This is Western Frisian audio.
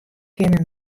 kinne